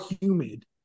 humid